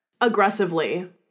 Aggressively